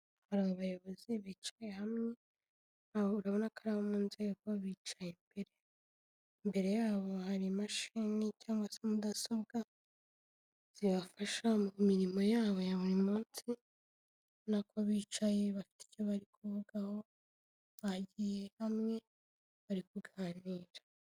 Hari abayobozi bicaye hamwe urabona ko mu nzego bicaye imbere imbere yabo hari imashini cyangwa se mudasobwa zibafasha mu mirimo yabo ya buri munsi urabona ko bicaye bafite icyo bari kuvugaho bagiye hamwe bari kuganira.